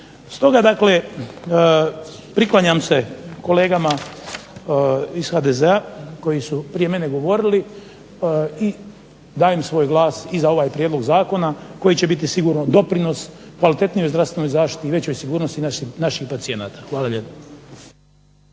Stoga dakle priklanjam se kolegama iz HDZ-a koji su prije mene govorili i dajem svoj glas i za ovaj prijedlog zakona koji će biti siguran doprinos kvalitetnijoj zdravstvenoj zaštiti i većoj sigurnosti naših pacijenata. Hvala lijepa.